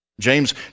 James